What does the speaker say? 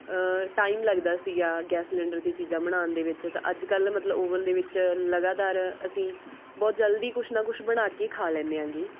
time ਲੱਗਦਾ ਸੀਗਾ gas cylinder 'ਤੇ ਚੀਜ਼ਾਂ ਬਣਾਉਣ ਦੇ ਵਿੱਚ ਤਾਂ ਅੱਜ ਕੱਲ੍ਹ ਮਤਲਬ ਓਵਨ ਦੇ ਵਿੱਚ ਲਗਾਤਾਰ ਅਸੀਂ ਬਹੁਤ ਜਲਦੀ ਕੁਛ ਨਾ ਕੁਛ ਬਣਾ ਕੇ ਖਾ ਲੈਂਦੇ ਆਂਗੇ